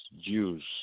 Jews